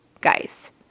Guys